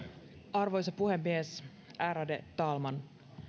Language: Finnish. arvoisa puhemies ärade talman